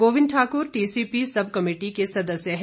Govind Thakur TCP sub committee के सदस्य है